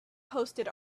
posted